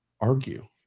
argue